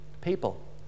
people